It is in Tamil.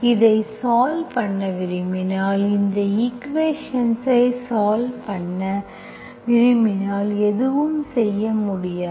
இதை சால்வ்பண்ண விரும்பினால் இந்த ஈக்குவேஷன்ஸ்ஐ சால்வ்பண்ண விரும்பினால் எதுவும் செய்ய முடியாது